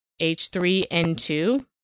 H3N2